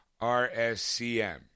RSCM